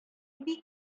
бик